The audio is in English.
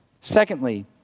Secondly